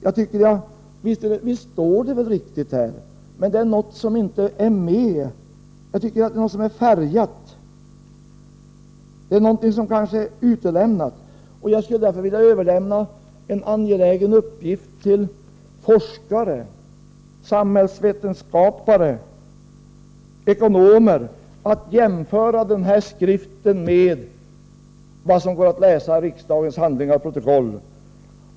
Visst är det som står här riktigt, men det är någonting som inte är med, och jag tycker att det är någonting som är färgat, det kanske är någonting som är utelämnat. Jag skulle därför vilja överlämna en angelägen uppgift till forskare, samhällsvetare och ekonomer, nämligen att jämföra den här skriften med vad som går att läsa i riksdagens handlingar och protokoll.